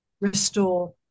restore